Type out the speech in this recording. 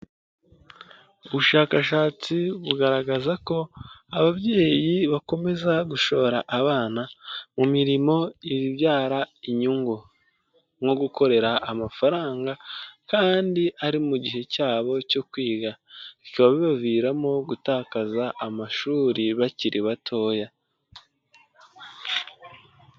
Ubushakashatsi bugaragaza ko ababyeyi bakomeza gushora abana mu mirimo ibyara inyungu, nko gukorera amafaranga kandi ari mu gihe cyabo cyo kwiga, bikaba bibaviramo gutakaza amashuri bakiri batoya.